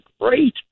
great